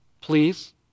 Please